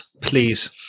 please